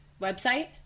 Website